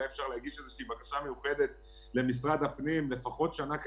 אולי אפשר להגיש איזו בקשה מיוחדת למשרד הפנים לפחות שנה קדימה,